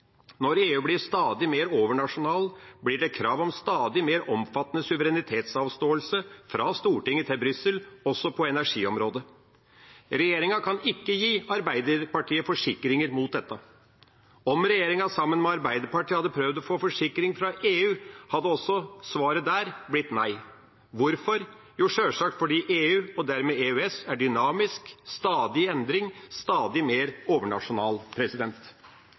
Når EU blir stadig mer overnasjonal, blir det krav om stadig mer omfattende suverenitetsavståelse fra Stortinget til Brussel, også på energiområdet. Regjeringa kan ikke gi Arbeiderpartiet forsikringer mot dette. Om regjeringa sammen med Arbeiderpartiet hadde prøvd å få forsikring fra EU, hadde også svaret der blitt nei. Hvorfor? Jo, sjølsagt fordi EU – og dermed EØS – er dynamisk, stadig i endring og stadig mer overnasjonal.